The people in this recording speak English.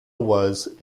was